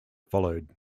followed